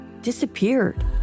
disappeared